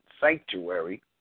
sanctuary